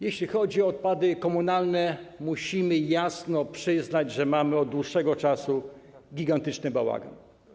Jeśli chodzi o odpady komunalne, musimy jasno przyznać, że mamy od dłuższego czasu gigantyczny bałagan.